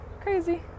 crazy